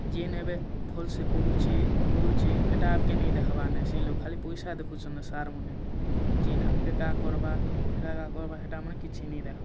ଜେନ ଏବେ ଭଲ ସେ ପଡ଼ୁଛି ଗୌରଛି ହେଟାକେ ନାଇଁ ଦେଖବା ନେ ସେଇ ଲୋକ ଖାଲି ପଇସା ଦେଖୁଛନ ନା ସାର୍ ମାନେ ଜିନ ଆଗକେ କା କରବା ହେରା ରା କରବା ହେଟା ମାନେ କିଛି ନାଇଁ ଦେଖବା